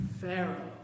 Pharaoh